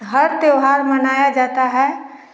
हर त्यौहार मनाया जाता है